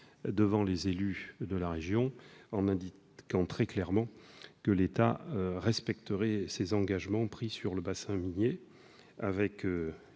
devant les élus de la région, en indiquant très clairement que l'État respecterait les engagements pris sur le bassin minier.